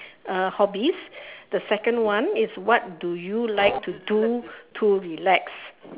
uh hobbies the second one is what do you like to do to relax